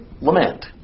lament